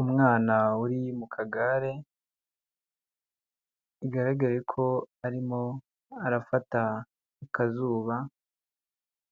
Umwana uri mu kagare, bigaragare ko arimo arafata akazuba,